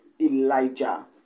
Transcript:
Elijah